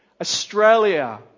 Australia